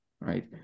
right